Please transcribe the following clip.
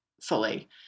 fully